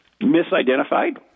misidentified